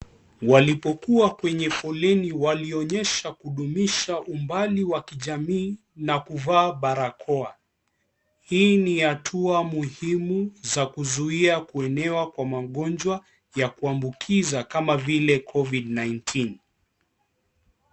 Walipokuwa kwenye foleni walionyesha kudumisha umbali wa kijamii na kuvaa barakoa hii ni hatua muhimu zakuzuia kuenea kwa magonjwa ya kuambukiza kama vile COVID-19.